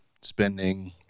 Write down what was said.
spending